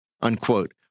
unquote